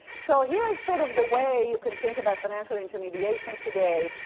so here is sort of the way you can think about financial intermediation today.